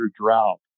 drought